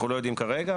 אנחנו לא יודעים כרגע.